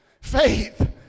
Faith